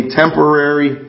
temporary